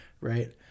Right